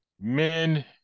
Men